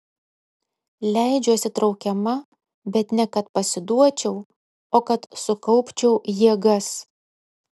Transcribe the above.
leidžiuosi traukiama bet ne kad pasiduočiau o kad sukaupčiau jėgas